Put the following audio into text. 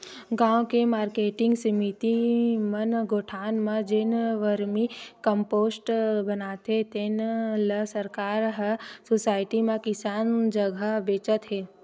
गाँव के मारकेटिंग समिति मन गोठान म जेन वरमी कम्पोस्ट बनाथे तेन ल सरकार ह सुसायटी म किसान जघा बेचत हे